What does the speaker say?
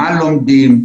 מה לומדים,